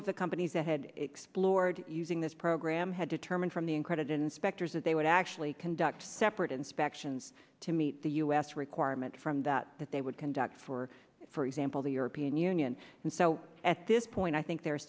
of the companies ahead explored using this program had determined from the uncredited inspectors that they would actually conduct separate inspections to meet the u s requirement from that that they would conduct for for example the european union and so at this point i think there are